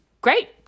Great